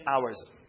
hours